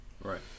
right